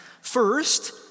First